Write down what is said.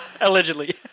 Allegedly